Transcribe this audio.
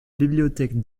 bibliothèque